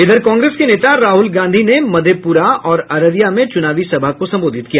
इधर कांग्रेस के नेता राहुल गांधी ने मधेपुरा और अररिया में चुनावी सभा को संबोधित किया